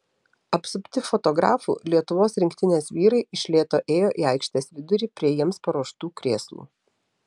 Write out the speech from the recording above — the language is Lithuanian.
apsupti fotografų lietuvos rinktinės vyrai iš lėto ėjo į aikštės vidurį prie jiems paruoštų krėslų